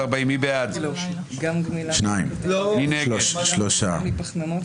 בעד, 9 נגד, 3 נמנעים.